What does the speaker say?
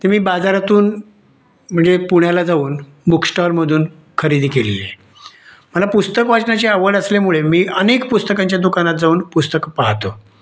ती मी बाजारातून म्हणजे पुण्याला जाऊन बुकस्टॉलमधून खरेदी केलेली आहे मला पुस्तक वाचण्याची आवड असल्यामुळे मी अनेक पुस्तकांच्या दुकानात जाऊन पुस्तक पाहतो